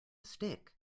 stick